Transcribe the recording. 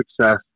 success